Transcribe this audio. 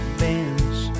bends